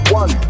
one